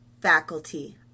faculty